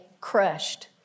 crushed